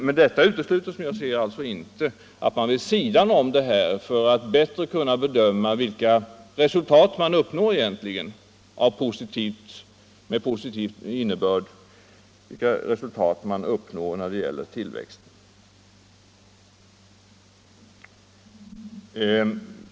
Men detta utesluter, som jag ser det, inte att man vid sidan härav försöker göra en bättre bedömning av vilka positiva resultat man egentligen uppnår i tillväxtsammanhang.